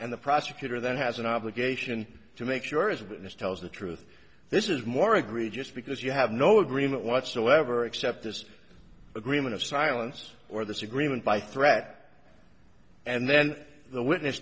and the prosecutor then has an obligation to make sure his witness tells the truth this is more egregious because you have no agreement whatsoever except this agreement of silence or this agreement by threat and then the witness